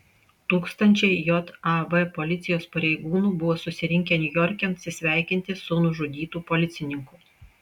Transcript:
tūkstančiai jav policijos pareigūnų buvo susirinkę niujorke atsisveikinti su nužudytu policininku